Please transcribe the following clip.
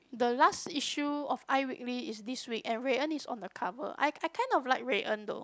the last issue of iWeekly is this week and Rui-En is on the cover I I kind of like Rui-En though